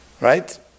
right